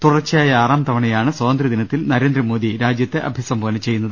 തുടർച്ചയായ ആറാം തവ ണയാണ് സ്വാതന്ത്ര്യദിനത്തിൽ നരേന്ദ്ര മോദി രാജ്യത്തെ അഭി സംബോധന ചെയ്യുന്നത്